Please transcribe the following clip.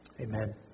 amen